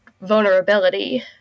vulnerability